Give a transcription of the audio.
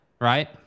right